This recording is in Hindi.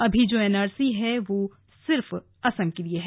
अभी जो एनआरसी है वो सिर्फ असम के लिए हैं